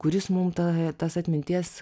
kuris mum tą tas atminties